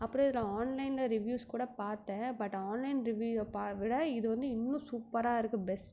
அப்புறம் இதில் ஆன்லைனில் ரிவ்யூஸ் கூட பார்த்தேன் பட் ஆன்லைன் ரிவ்யூ பா விட இது வந்து இன்னும் சூப்பராக இருக்குது பெஸ்ட்